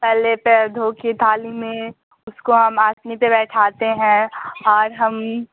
पहले पैर धोके थाली में उसकों हम आसनी पे बैठाते हैं और हम